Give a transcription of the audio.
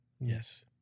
Yes